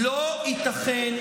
רגע,